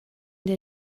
der